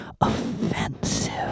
offensive